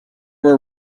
were